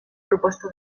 proposta